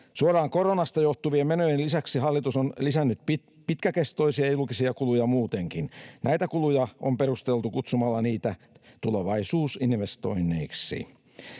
Suoraan koronasta johtuvien menojen lisäksi hallitus on lisännyt pitkäkestoisia julkisia kuluja muutenkin. Näitä kuluja on perusteltu kutsumalla niitä ”tulevaisuusinvestoinneiksi”.